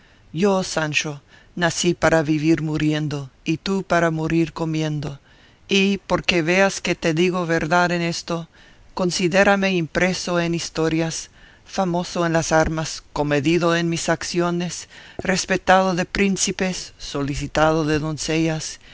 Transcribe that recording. yo sancho nací para vivir muriendo y tú para morir comiendo y porque veas que te digo verdad en esto considérame impreso en historias famoso en las armas comedido en mis acciones respetado de príncipes solicitado de doncellas